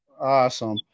Awesome